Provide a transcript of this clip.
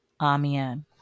Amen